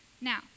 now